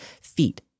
feet